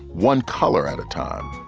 one color at a time